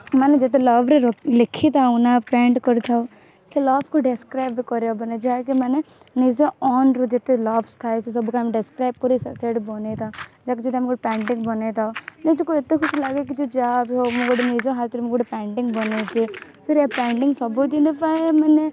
ମାନେ ଯେତେ ଲଭ୍ରେ ଲେଖିଥାଉ ନା ପେଣ୍ଟ୍ କରିଥାଉ ସେ ଲଭ୍କୁ ଡେସ୍କ୍ରାଇବ୍ ବି କରି ହେବନି ଯାହାକି ମାନେ ନିଜ ଓନ୍ରୁ ଯେତେ ଲଭ୍ସ ଥାଏ ସେସବୁକୁ ଆମେ ଡେସ୍କ୍ରାଇବ୍ କରୁ ସେ ସେଇଟା ବନେଇ ଥାଉ ତାକୁ ଯଦି ଆମେ ଗୋଟେ ପେଣ୍ଟିଂ ବନେଇଥାଉ ନିଜକୁ ଏତେ ଖୁସି ଲାଗେ କି ଯେ ଯାହା ବି ହଉ ମୁଁ ଗୋଟେ ନିଜ ହାତରେ ମୁଁ ଗୋଟେ ପେଣ୍ଟିଂ ବନେଇଚି ଫିର୍ ଏ ପେଣ୍ଟିଂ ସବୁଦିନ ପାଇଁ ମାନେ